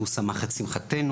הוא שמח את שימחתינו,